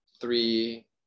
three